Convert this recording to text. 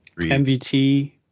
MVT